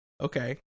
Okay